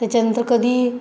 त्याच्यानंतर कधी